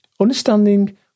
Understanding